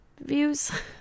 views